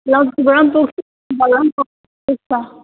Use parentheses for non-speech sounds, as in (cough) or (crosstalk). लप्चूबाट पनि पुग्छ (unintelligible) पुग्छ